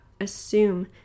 assume